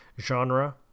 genre